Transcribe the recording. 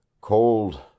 cold